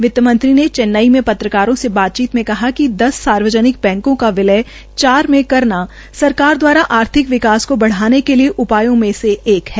वितमंऋ ने चेन्नई में पत्रकारों से बातचीत में कहा कि सार्वजनिक बैंको का विलय चार में करना सरकार दवारा आर्थिक विकास को बढ़ाने वाले वाले उपायों में से एक है